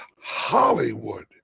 Hollywood